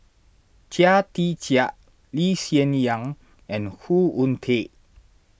Chia Tee Chiak Lee Hsien Yang and Khoo Oon Teik